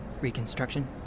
reconstruction